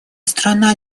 страна